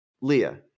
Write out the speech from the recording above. Leah